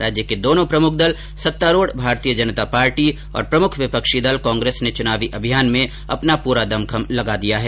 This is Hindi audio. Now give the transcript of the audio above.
राज्य के दोनों प्रमुख दल सत्तारूढ़ भारतीय जनता पार्टी और प्रमुख विपक्षी दल कांग्रेस ने चुनावी अभियान में अपना पूरा दमखम लगा दिया है